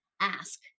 ask